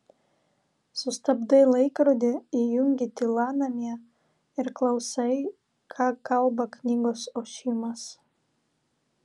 sustabdai laikrodį įjungi tylą namie ir klausai ką kalba knygos ošimas